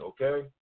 okay